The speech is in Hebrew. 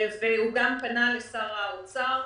הוא פנה גם לשר האוצר,